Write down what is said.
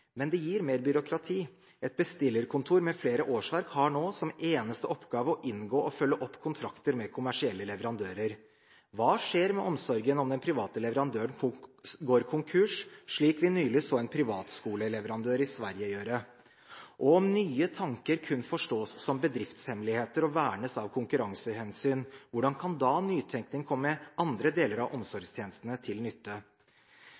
Men det gir mer byråkrati: Et bestillerkontor med flere årsverk har nå som eneste oppgave å inngå og følge opp kontrakter med kommersielle leverandører. Hva skjer med omsorgen om den private leverandøren går konkurs, slik vi nylig så en privatskoleleverandør i Sverige gjøre? Og om nye tanker kun forstås som «bedriftshemmeligheter» og vernes av konkurransehensyn, hvordan kan da nytenkning komme andre deler av omsorgstjenestene til nytte?